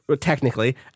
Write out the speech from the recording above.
technically